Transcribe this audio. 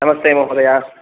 नमस्ते महोदय